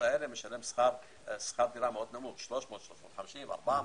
הוא משלם שכר דירה מאוד נמוך 300, 350, 400,